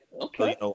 okay